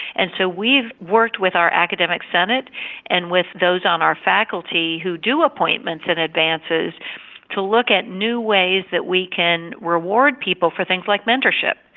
and so we've worked with our academic senate and with those on our faculty who do appointments and advances to look at new ways that we can reward people for things like mentorship,